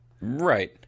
right